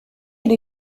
elle